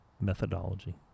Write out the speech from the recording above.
methodology